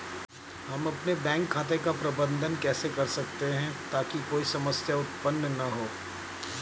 हम अपने बैंक खाते का प्रबंधन कैसे कर सकते हैं ताकि कोई समस्या उत्पन्न न हो?